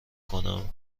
کنم